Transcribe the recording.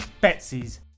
Betsy's